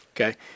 Okay